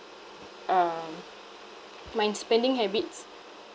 um my spending habits